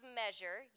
measure